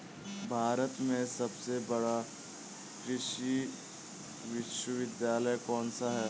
भारत में सबसे बड़ा कृषि विश्वविद्यालय कौनसा है?